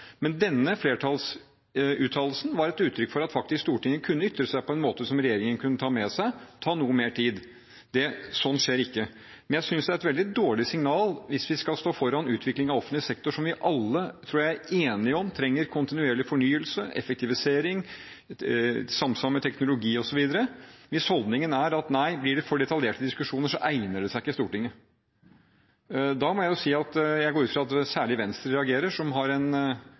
Men denne flertallsuttalelsen var et uttrykk for at Stortinget faktisk kunne ytre seg på en måte som regjeringen kunne ta med seg, og ta seg noe mer tid. Så skjer ikke. Men jeg synes det er et veldig dårlig signal hvis vi skal stå foran en utvikling av offentlig sektor som vi alle, tror jeg, er enige om at trenger kontinuerlig fornyelse og effektivisering i samsvar med teknologi osv. Hvis holdningen er at, nei, blir det for detaljerte diskusjoner, egner det seg ikke i Stortinget, går jeg ut fra at særlig Venstre vil reagere med sin opprinnelse som er knyttet til at